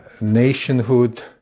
nationhood